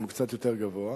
הוא קצת יותר גבוה,